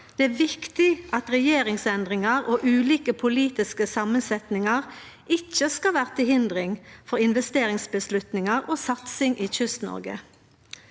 Det er viktig at regjeringsendringar og ulike politiske samansetjingar ikkje skal vere til hinder for investeringsavgjerder og satsing i Kyst-Noreg.